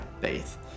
faith